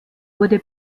wurde